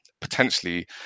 potentially